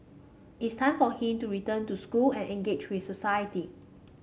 it's time for him to return to school and engage with society